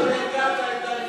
עכשיו הרגעת את דני דנון.